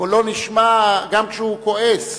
קולו נשמע גם כשהוא כועס.